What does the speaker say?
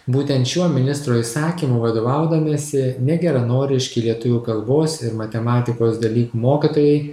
būtent šiuo ministro įsakymu vadovaudamiesi negeranoriški lietuvių kalbos ir matematikos dalykų mokytojai